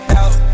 out